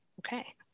okay